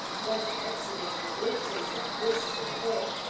got accidental glimpses of this and that,